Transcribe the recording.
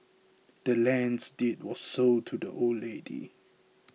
the land's deed was sold to the old lady